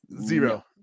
zero